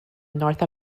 north